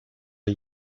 are